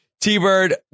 T-Bird